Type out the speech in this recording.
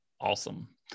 awesome